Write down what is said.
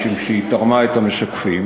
משום שהיא תרמה את המשקפים.